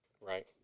Right